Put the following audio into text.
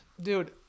dude